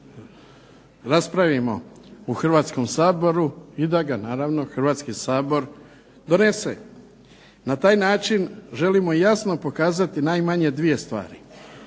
raspravimo u Hrvatskom saboru i da ga naravno Hrvatski sabor donese. Na taj način želimo jasno pokazati najmanje 2 stvari.